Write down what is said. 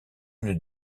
une